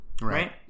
right